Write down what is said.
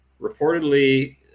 Reportedly